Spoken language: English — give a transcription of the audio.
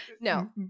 no